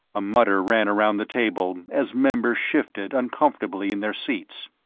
a mutter ran around the table, as members shifted uncomfortably in their seats.